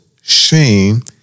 shame